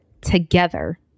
together